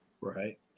Right